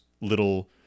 little